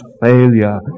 failure